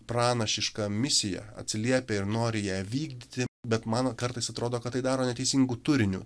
pranašišką misiją atsiliepia ir nori ją vykdyti bet man kartais atrodo kad tai daro neteisingu turiniu